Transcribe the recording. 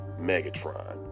Megatron